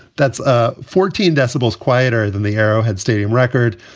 that's ah fourteen decibels quieter than the arrowhead stadium record.